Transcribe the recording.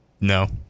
No